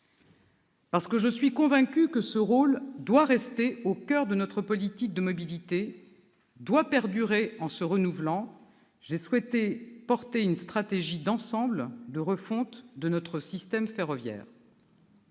Parce que je suis convaincue que ce rôle doit rester au coeur de notre politique de mobilité, doit perdurer en se renouvelant, j'ai souhaité présenter une stratégie d'ensemble de refonte de notre système ferroviaire.